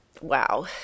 Wow